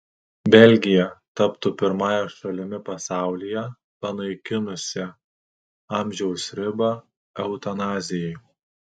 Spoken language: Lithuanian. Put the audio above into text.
belgija taptų pirmąją šalimi pasaulyje panaikinusia amžiaus ribą eutanazijai